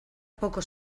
poco